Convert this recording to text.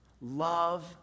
love